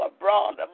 abroad